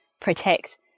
protect